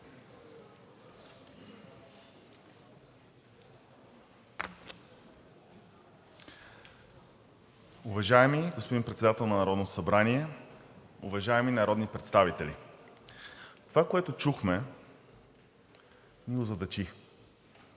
Уважаеми господин Председател на Народното събрание, уважаеми народни представители! Това, което чухме, ме озадачи.